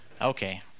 Okay